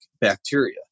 bacteria